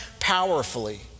Powerfully